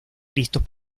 listos